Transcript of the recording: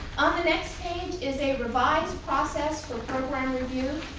on the next page is a revised process for program review.